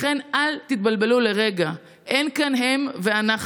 לכן, אל תבלבלו לרגע: אין כאן הם ואנחנו.